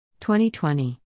2020